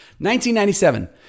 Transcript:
1997